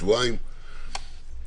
שבועיים,